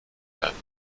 werden